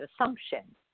assumption